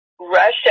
Russia